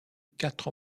quatre